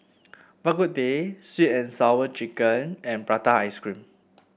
Bak Kut Teh sweet and Sour Chicken and Prata Ice Cream